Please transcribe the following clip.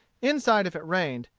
inside if it rained,